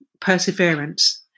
perseverance